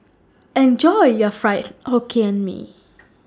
Enjoy your Fried Hokkien Mee